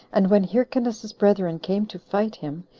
and when hyrcanus's brethren came to fight him,